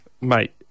Mate